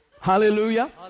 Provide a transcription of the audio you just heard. Hallelujah